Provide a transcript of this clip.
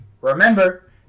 remember